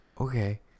Okay